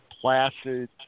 placid